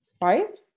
Right